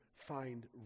find